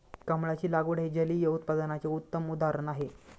कमळाची लागवड हे जलिय उत्पादनाचे उत्तम उदाहरण आहे